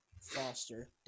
foster